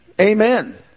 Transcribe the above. Amen